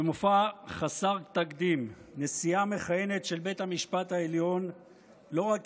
במופע חסר תקדים נשיאה מכהנת של בית המשפט העליון לא רק